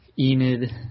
Enid